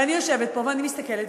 ואני יושבת פה ואני מסתכלת,